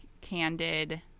candid